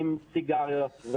עם סיגריות,